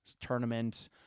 tournament